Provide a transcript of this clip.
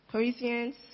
Corinthians